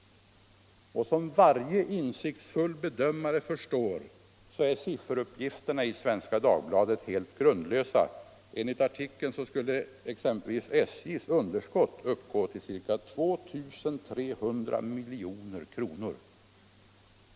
Som varje insiktsfull bedömare förstår är sifferuppgifterna i Svenska Dagbladet helt grundlösa. Enligt artikeln skulle exempelvis SJ:s underskott uppgå till ca 2 300 milj.kr.